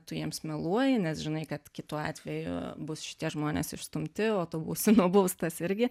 tu jiems meluoji nes žinai kad kitu atveju bus šitie žmonės išstumti o tu būsi nubaustas irgi